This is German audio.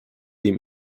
dem